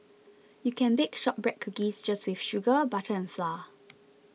you can bake Shortbread Cookies just with sugar butter and flour